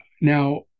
now